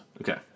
Okay